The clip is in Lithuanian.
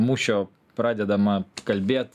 mūšio pradedama kalbėt